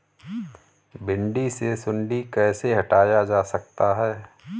भिंडी से सुंडी कैसे हटाया जा सकता है?